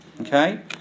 okay